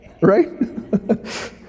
right